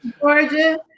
Georgia